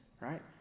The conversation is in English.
right